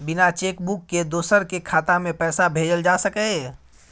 बिना cheque book के दोसर के खाता में पैसा भेजल जा सकै ये?